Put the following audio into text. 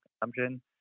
consumption